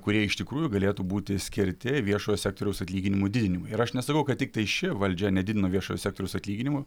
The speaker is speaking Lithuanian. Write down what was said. kurie iš tikrųjų galėtų būti skirti viešojo sektoriaus atlyginimų didinimui ir aš nesakau kad tiktai ši valdžia nedidino viešojo sektoriaus atlyginimų